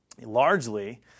largely